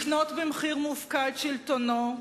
לקנות במחיר מופקע את שלטונו,